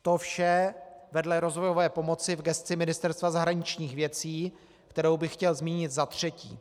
To vše vedle rozvojové pomoci v gesci Ministerstva zahraničních věcí, kterou bych chtěl zmínit za třetí.